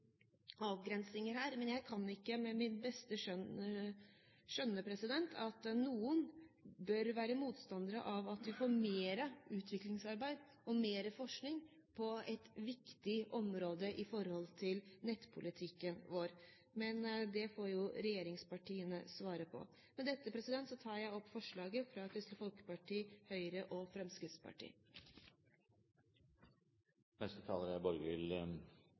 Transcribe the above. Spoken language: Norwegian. avgrensninger her. Jeg kan ikke med min beste vilje skjønne at noen kan være motstandere av at vi får mer utviklingsarbeid og mer forskning på et viktig område med hensyn til nettpolitikken vår. Men det får jo regjeringspartiene svare på. Med dette tar jeg opp forslaget fra Kristelig Folkeparti, Høyre og